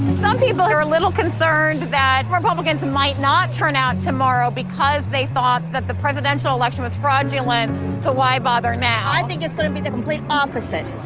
some people are a little concerned that republicans might not turn out tomorrow because they thought that the presidential election was fraudulent so why bother now. i think it's going to be the complete opposite.